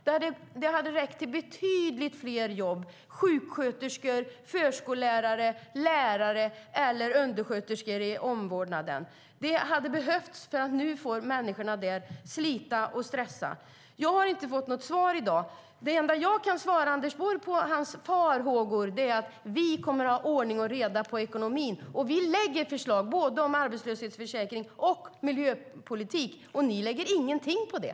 De pengarna hade räckt till betydligt fler jobb - sjuksköterskor, förskollärare, lärare och undersköterskor i omvårdnaden. Det hade behövts, för nu får människorna där slita och stressa. Jag har inte fått något svar i dag. Det enda jag kan svara på Anders Borgs farhågor är att vi kommer att ha ordning och reda på ekonomin. Vi lägger fram förslag både om arbetslöshetsförsäkring och om miljöpolitik. Ni lägger ingenting på det.